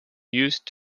used